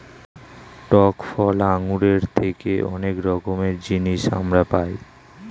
টক ফল আঙ্গুরের থেকে অনেক রকমের জিনিস আমরা পাই